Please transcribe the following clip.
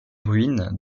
ruines